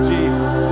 Jesus